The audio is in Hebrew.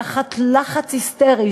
תחת לחץ היסטרי,